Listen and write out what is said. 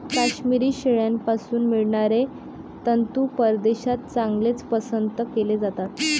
काश्मिरी शेळ्यांपासून मिळणारे तंतू परदेशात चांगलेच पसंत केले जातात